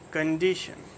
Condition